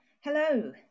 Hello